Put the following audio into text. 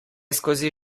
skozi